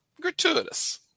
gratuitous